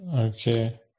Okay